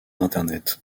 internet